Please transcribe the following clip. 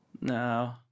no –